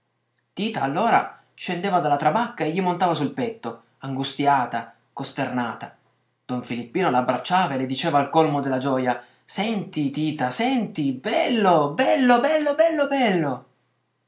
allora scendeva dalla trabacca e gli montava sul petto angustiata costernata don filippino la abbracciava e le diceva al colmo della gioja senti tita senti bello bello bello bello bello